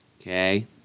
Okay